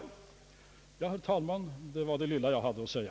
Ja, herr talman, detta var det lilla jag hade att säga!